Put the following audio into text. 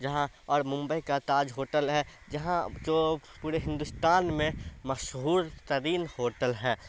جہاں اور ممبئی کا تاج ہوٹل ہے جہاں جو پوڑے ہندوستان میں مشہور ترین ہوٹل ہے